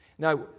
Now